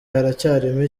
haracyarimo